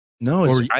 no